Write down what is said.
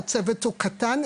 הצוות הוא קטן,